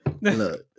look